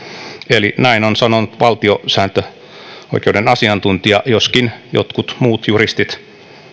eli näin on sanonut valtiosääntöoikeuden asiantuntija joskin jotkut muut juristit